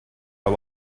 out